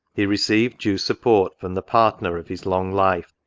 he received due sup port from the partner of his long life.